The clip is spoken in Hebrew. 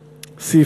פנסיוני,